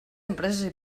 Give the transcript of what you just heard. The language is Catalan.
empreses